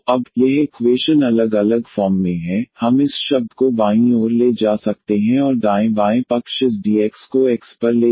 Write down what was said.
तो अब यह इक्वेशन अलग अलग फॉर्म में है हम इस शब्द को बायीं ओर ले जा सकते हैं और दायें बायें पक्ष इस dx को x पर ले जाएगा और फिर हम आसानी से इंटीग्रेट कर सकते हैं